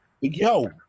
Yo